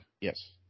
yes